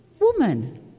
woman